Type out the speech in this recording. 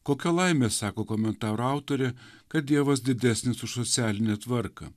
kokia laimė sako komentaro autorė kad dievas didesnis už socialinę tvarką